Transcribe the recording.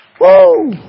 Woo